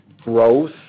growth